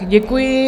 Děkuji.